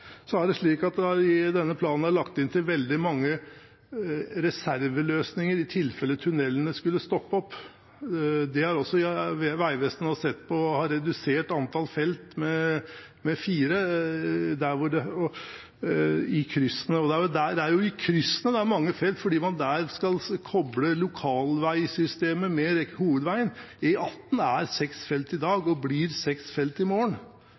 Så er det slik at i denne planen er det lagt opp til veldig mange reserveløsninger i tilfelle tunellene skulle stoppe opp. Det har også Vegvesenet sett på, og man har redusert antall felt med fire i kryssene. Det er jo i kryssene det er mange felt, for der skal man koble lokalveisystemet med hovedveien. E18 har seks felt i dag og blir seks felt i morgen.